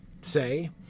say